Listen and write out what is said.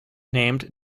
named